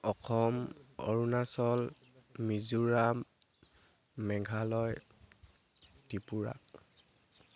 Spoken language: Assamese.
অসম অৰুণাচল মিজোৰাম মেঘালয় ত্ৰিপুৰা